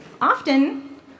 often